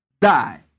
Die